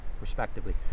respectively